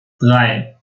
drei